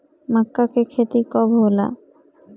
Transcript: माका के खेती कब होला?